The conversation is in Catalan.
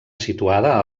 situada